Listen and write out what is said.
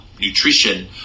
nutrition